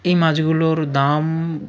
এই মাছগুলোর দাম